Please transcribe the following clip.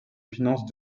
finances